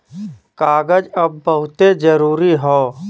कागज अब बहुते जरुरी हौ